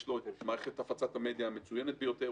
ויש לו את מערכת הפצת המדיה המצוינת ביותר.